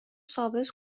ثابت